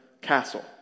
castle